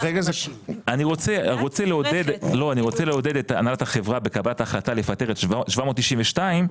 אני רוצה לעודד את הנהלת החברה בקבלת החלטה לפטר את 792 העובדים,